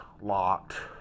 locked